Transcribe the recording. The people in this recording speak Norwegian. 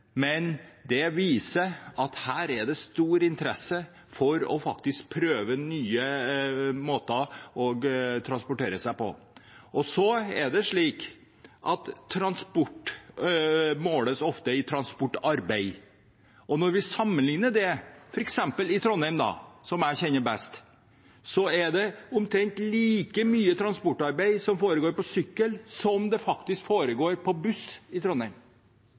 men det viser at her er det stor interesse for å prøve nye måter å transportere seg på. Transport måles ofte i transportarbeid. I Trondheim, f.eks., som jeg kjenner best, er det omtrent like mye transportarbeid som foregår på sykkel som på buss. Da er det klart at forholdene også må legges til rette for den transportformen, for den er enda bedre i